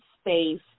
space